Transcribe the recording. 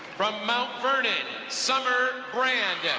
from mount vernon, summer brand.